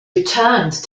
returned